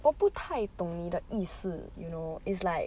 我不太懂你的意思 you know is like